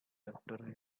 after